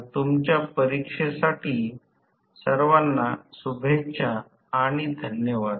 तर इथे r2 ला x 2 जोडल्यामुळे येथे ac सर्किट आहे